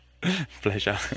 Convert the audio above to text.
pleasure